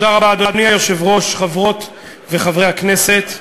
אדוני היושב-ראש, תודה רבה, חברות וחברי הכנסת,